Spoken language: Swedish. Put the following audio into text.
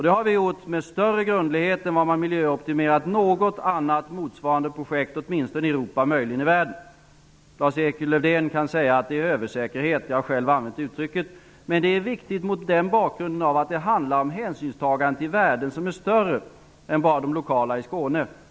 Det har vi gjort med större grundlighet än vad man har miljöoptimerat något annat motsvarande projekt, åtminstone i Europa, möjligen i världen. Lars-Erik Lövdén kan säga att det är översäkerhet. Jag har själv använt uttrycket, men det är viktigt mot bakgrund av att det handlar om hänsynstagande till värden som är större än enbart de lokala värdena i Skåne.